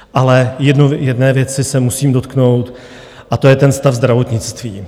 Ale jedné věci se musím dotknout a to je ten stav zdravotnictví.